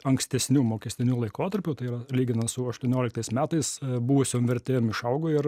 ankstesniu mokestiniu laikotarpiu tai yra lyginant su aštuonioliktais metais buvusiom vertėm išaugo ir